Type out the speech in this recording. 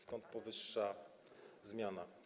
Stąd powyższa zmiana.